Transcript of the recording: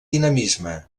dinamisme